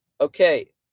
Okay